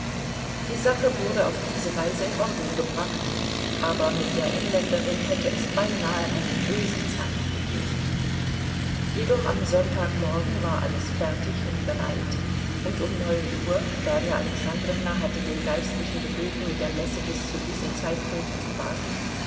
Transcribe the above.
die sache wurde auf diese weise in ordnung gebracht aber mit der engländerin hätte es beinahe einen bösen zank gegeben jedoch am sonntagmorgen war alles fertig und bereit und um neun uhr darja alexandrowna hatte den geistlichen gebeten mit der messe bis zu diesem zeitpunkte zu warten